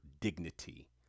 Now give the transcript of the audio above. dignity